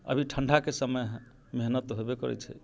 अभी ठंडाके समय है मेहनत तऽ हेबै करै छै